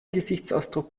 gesichtsausdruck